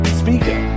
speaker